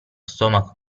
stomaco